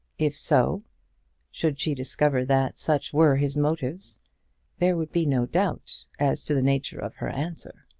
if so should she discover that such were his motives there would be no doubt as to the nature of her answer.